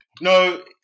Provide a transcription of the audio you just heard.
No